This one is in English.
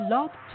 Love